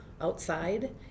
outside